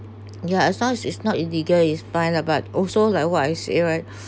yeah as long is not illegal is fine lah but also like what I say right